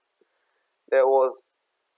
that was